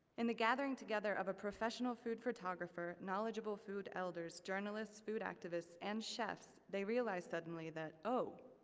in the gathering together of a professional food photographer, knowledgeable food elders, journalists, food activists, and chefs, they realized suddenly that, oh,